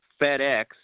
FedEx